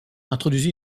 introduisit